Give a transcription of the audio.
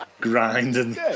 grinding